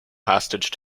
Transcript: hostage